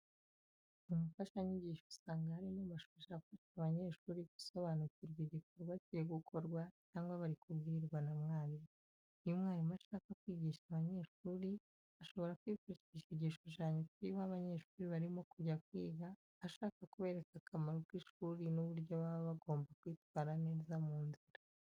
Mu mfashanyigisho usanga harimo amashusho afasha abanyeshuri gusobanukirwa igikorwa kiri gukorwa cyangwa bari kubwirwa na mwarimu. Iyo umwarimu ashaka kwigisha abanyeshuri, ashobora kwifashisha igishushanyo kiriho abanyeshuri barimo kujya kwiga ashaka, kubereka akamaro k'ishuri n'uburyo baba bagomba kwitwara neza mu nzira.